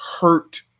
hurt